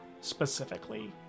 specifically